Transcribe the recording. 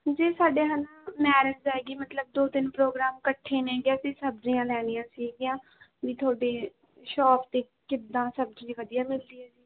ਜੀ ਸਾਡੇ ਹੈ ਨਾ ਮੈਰਿਜ ਹੈਗੀ ਮਤਲਬ ਦੋ ਤਿੰਨ ਪ੍ਰੋਗਰਾਮ ਇਕੱਠੇ ਨੇਗੇ ਅਸੀਂ ਸਬਜ਼ੀਆਂ ਲੈਣੀਆਂ ਸੀਗੀਆਂ ਵੀ ਤੁਹਾਡੇ ਸ਼ੋਪ 'ਤੇ ਕਿੱਦਾਂ ਸਬਜ਼ੀ ਵਧੀਆ ਮਿਲਦੀ ਹੈ ਜੀ